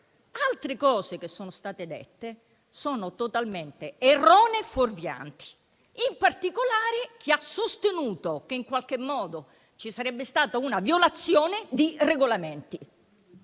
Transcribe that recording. Altre cose che sono state dette sono, però, totalmente erronee e fuorvianti; in particolare mi riferisco a chi ha sostenuto che in qualche modo ci sarebbe stata una violazione di regolamenti.